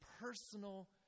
personal